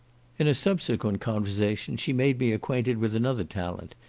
in a subsequent conversation she made me acquainted with another talent,